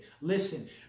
Listen